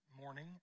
morning